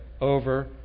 over